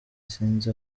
sinzi